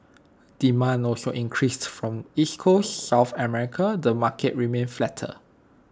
demand also increased from East Coast south America the market remained flatter